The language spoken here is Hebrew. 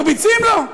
מרביצים לו.